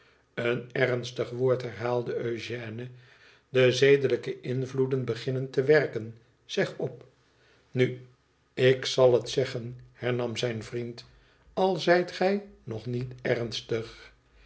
een ernstig woord herhaalde eugène de zedelijke invloeden beginnen te werken zeg op nu ik zal het zeggen hernam zijn vriend lal zijt gij nog niet ernstig